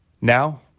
Now